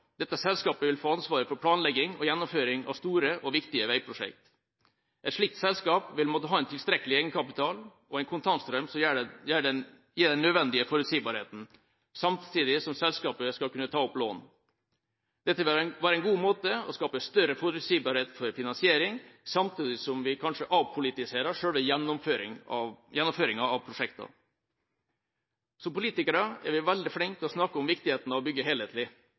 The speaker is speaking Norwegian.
Dette selskapet vil få ansvaret for planlegging og gjennomføring av store og viktige veiprosjekter. Et slikt selskap vil måtte ha en tilstrekkelig egenkapital og en kontantstrøm som gir den nødvendige forutsigbarheten, samtidig som selskapet skal kunne ta opp lån. Dette vil være en god måte å skape større forutsigbarhet for finansieringa på, samtidig som vi kanskje avpolitiserer selve gjennomføringa av prosjektene. Som politikere er vi veldig flinke til å snakke om viktigheten av å bygge helhetlig.